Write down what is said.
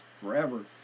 forever